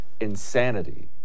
insanity